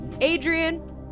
Adrian